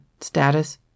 status